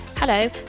Hello